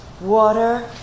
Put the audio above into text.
water